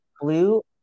blue